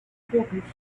pockets